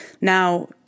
Now